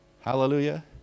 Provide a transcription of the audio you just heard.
Hallelujah